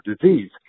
disease